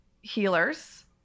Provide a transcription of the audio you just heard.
healers